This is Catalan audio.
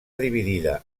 dividida